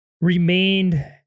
remained